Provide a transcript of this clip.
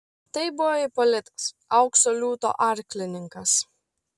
tai buvo ipolitas aukso liūto arklininkas